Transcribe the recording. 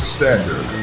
Standard